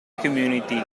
community